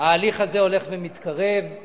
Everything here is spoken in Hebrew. אתה